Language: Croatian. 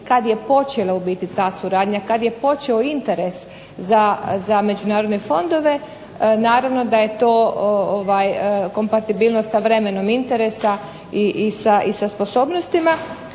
kad je počela u biti ta suradnja, kad je počeo interes za međunarodne fondove. Naravno da je to kompatibilnost sa vremenom interesa, i sa sposobnostima.